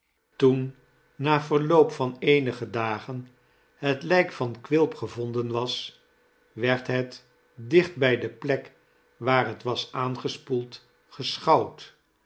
toen na verloop van eenige dagen het lijk van quilp gevonden was werd het dicht bij de plek waar het was aangespoeld geschouwd